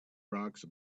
rocks